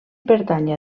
pertànyer